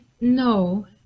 no